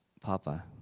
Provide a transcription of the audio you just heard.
Papa